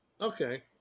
Okay